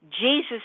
Jesus